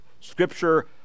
Scripture